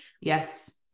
Yes